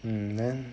mm then